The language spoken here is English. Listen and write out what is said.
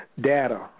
Data